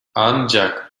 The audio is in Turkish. ancak